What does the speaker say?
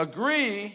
Agree